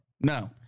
no